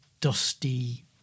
dusty